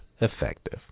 effective